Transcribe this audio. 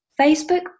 Facebook